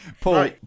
Paul